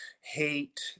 hate